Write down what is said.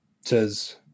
says